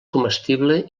comestible